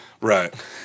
Right